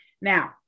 Now